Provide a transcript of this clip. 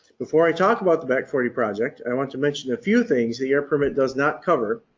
before i talk about the back forty project, i want to mention a few things the air permit does not cover,